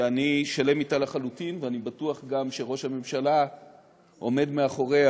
שאני שלם אתה לחלוטין ואני גם בטוח שראש הממשלה עומד מאחוריה